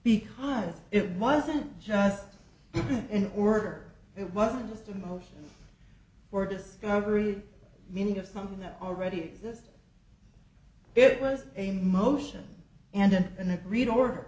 because it wasn't just in order it wasn't just a motion for discovery meaning of something that already exist it was a motion and an agreed order